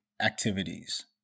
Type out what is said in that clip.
activities